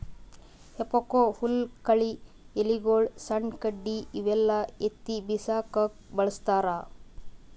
ಹೆಫೋಕ್ ಹುಲ್ಲ್ ಕಳಿ ಎಲಿಗೊಳು ಸಣ್ಣ್ ಕಡ್ಡಿ ಇವೆಲ್ಲಾ ಎತ್ತಿ ಬಿಸಾಕಕ್ಕ್ ಬಳಸ್ತಾರ್